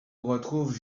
retrouve